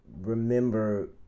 remember